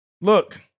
Look